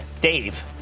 Dave